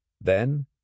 Then